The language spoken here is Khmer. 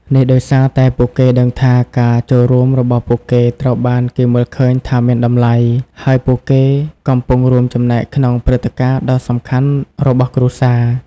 នេះដោយសារតែពួកគេដឹងថា ការចូលរួមរបស់ពួកគេត្រូវបានគេមើលឃើញថាមានតម្លៃ ហើយពួកគេកំពុងរួមចំណែកក្នុងព្រឹត្តិការណ៍ដ៏សំខាន់របស់គ្រួសារ។